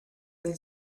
then